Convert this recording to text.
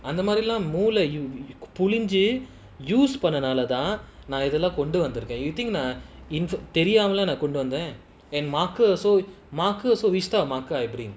அந்தமாதிரிலாம்மூளைபிழிஞ்சிபண்ணனாலதான்:andha madhiri moola pilinchi pannathalathan you think ah நான்தெரியாமலாகொண்டுவந்தேன்:nan theriamala kondu vandhen and marker also marker also which type of marker I bring